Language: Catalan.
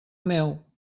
meu